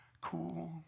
cool